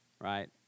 right